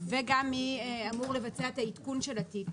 וגם מי אמור לבצע את העדכון של התיק.